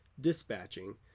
dispatching